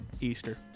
easter